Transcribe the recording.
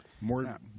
More